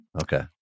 Okay